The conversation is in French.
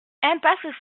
impasse